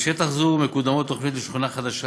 בשטח זה מקודמת תוכנית לשכונה חדשה